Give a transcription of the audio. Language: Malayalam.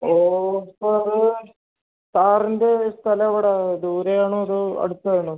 ഓഫറ് സാറിൻ്റെ സ്ഥലം എവിടെയാണ് ദൂരെയാണോ അതോ അടുത്താണോ